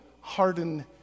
harden